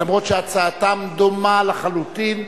אף שהצעתן דומה לחלוטין.